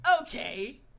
Okay